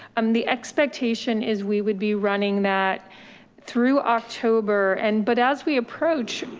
um the expectation is we would be running that through october. and but as we approach,